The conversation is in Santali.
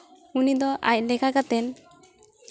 ᱩᱱᱤ ᱫᱚ ᱟᱡ ᱞᱮᱠᱟ ᱠᱟᱛᱮ